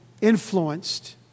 influenced